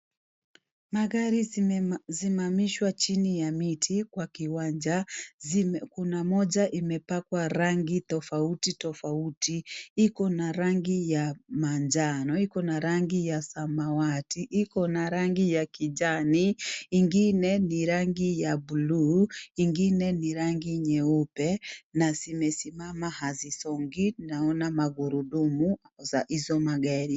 Magari zimesimamishwa chini ya miti kwa kiwanja. Kuna moja imepakwa rangi tofauti tofauti, iko na rangi ya manjano, iko na rangi ya samawati, iko na rangi ya kijani, ingine ni rangi ya buluu, ingine ni rangi nyeupe na zimesimama hazisongi. Naona magurudumu za hizo magari.